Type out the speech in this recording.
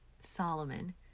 Solomon